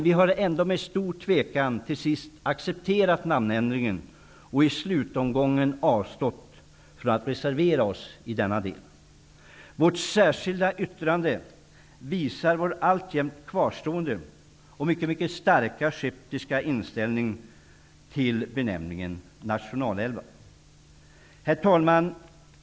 Vi har med stor tvekan till sist accepterat namnändringen och i slutomgången avstått från att reservera oss i denna del. Vårt särskilda yttrande visar vår alltjämt kvarstående mycket skeptiska inställning till benämningen nationalälvar. Herr talman!